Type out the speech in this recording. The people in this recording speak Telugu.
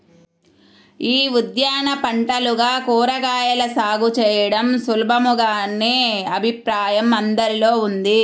యీ ఉద్యాన పంటలుగా కూరగాయల సాగు చేయడం సులభమనే అభిప్రాయం అందరిలో ఉంది